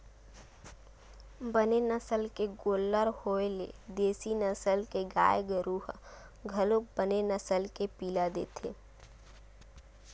बने नसल के गोल्लर होय ले देसी नसल के गाय गरु ह घलोक बने नसल के पिला देथे